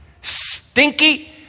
Stinky